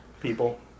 people